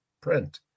print